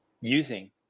using